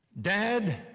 Dad